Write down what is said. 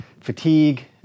Fatigue